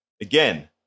again